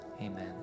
Amen